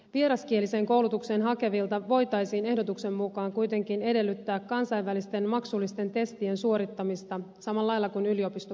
vieraskieliseen koulutukseen hakevilta voitaisiin ehdotuksen mukaan kuitenkin edellyttää kansainvälisten maksullisten testien suorittamista samalla lailla kuin yliopistopuolella